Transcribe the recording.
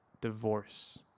divorce